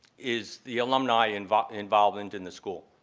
is the alumni involvement involvement in the school.